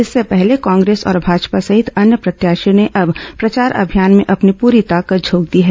इससे पहले कांग्रेस और भाजपा सहित अन्य प्रत्याशियों ने अब प्रचार अभियान में अपनी पूरी ताकत झोंक दी है